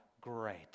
great